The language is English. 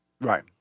Right